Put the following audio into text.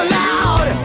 loud